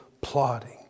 plotting